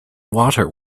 water